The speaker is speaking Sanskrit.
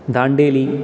दाण्डेली